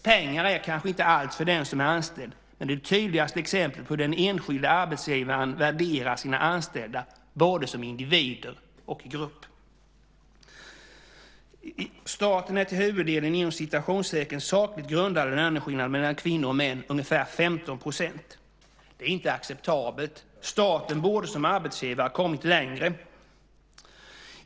Pengar är kanske inte allt för den som är anställd, men det är det tydligaste exemplet på hur den enskilda arbetsgivaren värderar sina anställda både som individer och som grupp. I staten är till huvuddelen "sakligt grundade" löneskillnader mellan kvinnor och män ungefär 15 %. Det är inte acceptabelt. Staten borde som arbetsgivare ha kommit längre.